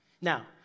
Now